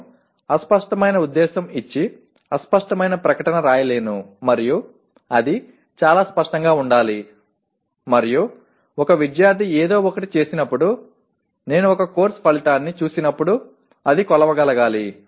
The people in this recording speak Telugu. నేను అస్పష్టమైన ఉద్దేశం ఇచ్చి అస్పష్టమైన ప్రకటన రాయలేను మరియు అది చాలా స్పష్టంగా ఉండాలి మరియు ఒక విద్యార్థి ఏదో ఒకటి చేసినప్పుడు నేను ఒక కోర్సు ఫలితాన్ని చూసినప్పుడు అది కొలవగలగాలి